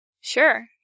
Sure